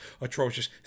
atrocious